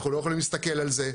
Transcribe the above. אנחנו לא יכולים להסתכל על זה.